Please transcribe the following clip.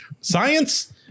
Science